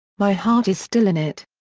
my heart is still in it.